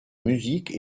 musique